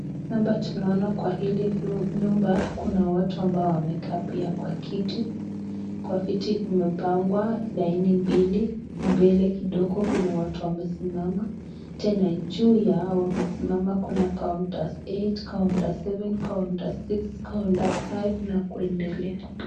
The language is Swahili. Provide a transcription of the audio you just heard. Hapa tunaona kwa hili nyumba kuna watu ambao wamekaa pia kwa kiti, kwa viti imepangwa laini mbili, mbele kidogo kuna watu wamesimama tena juu ya hawa wamesimama kuna counter eight, counter seven, counter six, counter five na kuendelea.